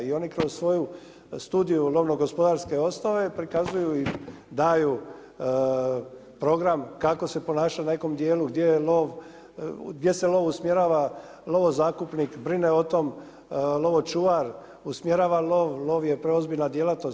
I oni kroz svoju studiju lovno gospodarske osnove prikazuju i daju program kako se ponaša u nekom dijelu, gdje se lov usmjerava, lovozakupnik brine o tome, lovočuvar usmjerava lov, lov je preozbljna djelatnost.